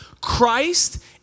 Christ